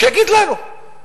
שיגיד לנו.